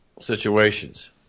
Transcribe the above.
situations